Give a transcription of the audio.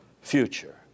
future